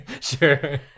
Sure